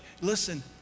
listen